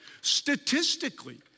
Statistically